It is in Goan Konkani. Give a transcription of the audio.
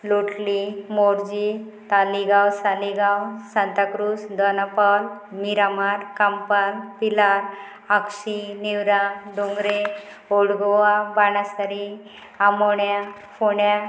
लोटली मोर्जी तालिगांव सालिगांव सांताक्रूज दनापाल मिरामार कांपाल पिलार आक्सी नेवऱा डोंगरे ओल्ड गोवा बाणसारी आमोण्या फोण्या